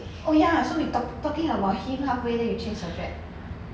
oh ya so we talk talking about him half way then you change subject